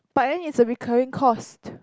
but then it's a recurring cost